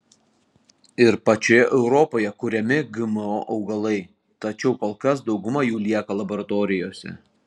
ir pačioje europoje kuriami gmo augalai tačiau kol kas dauguma jų lieka laboratorijose